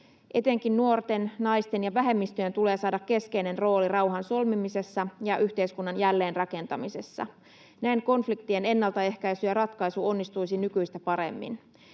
Etenkin nuorten, naisten ja vähemmistöjen tulee saada keskeinen rooli rauhan solmimisessa ja yhteiskunnan jälleenrakentamisessa. Näin konfliktien ennaltaehkäisy ja ratkaisu onnistuisivat nykyistä paremmin.